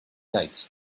night